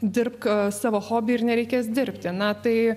dirbk savo hobį ir nereikės dirbti na tai